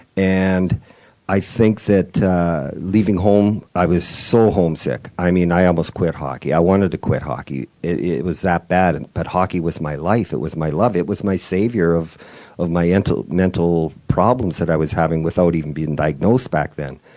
and i think that leaving home i was so homesick. i mean, i almost quit hockey. i wanted to quit hockey. it was that bad. and but hockey was my life, it was my love, it was my savior of of my mental mental problems i was having without even being diagnosed back then.